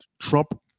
Trump